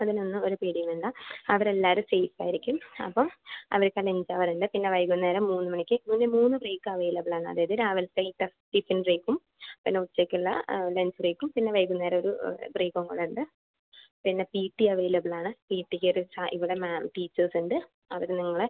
അതിന് ഒന്നും ഒരു പേടിയും വേണ്ട അവർ എല്ലാവരും സേഫ് ആയിരിക്കും അപ്പോൾ അവർക്ക് എല്ലാം ഇൻ്റർവെൽ ഉണ്ട് പിന്നെ വൈകുന്നേരം മൂന്ന് മണിക്ക് മൂന്നെ മൂന്ന് ബ്രേക്ക് അവൈലബിൾ ആണ് അതായത് രാവിലത്തെ ടിഫിൻ ബ്രേക്കും പിന്നെ ഉച്ചയ്ക്ക് ഉള്ള ലഞ്ച് ബ്രേക്കും പിന്നെ വൈകുന്നേരം ഒരു ബ്രേക്കും കൂടി ഉണ്ട് പിന്നെ പി ടി അവൈലബിൾ ആണ് പി ടിക്ക് ഒരു ഇവിടെ മാം ടീച്ചേർസ് ഉണ്ട് അവർ നിങ്ങളെ